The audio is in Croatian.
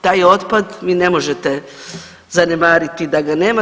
Taj otpad vi ne možete zanemariti da ga nema.